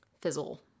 fizzle